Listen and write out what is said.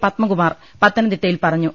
പത്മകുമാർ പത്തനംതിട്ടയിൽ പറഞ്ഞു